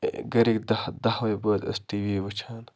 گَرِکۍ دَہ دَہوَے بٲژ ٲسۍ ٹی وی وٕچھان